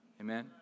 Amen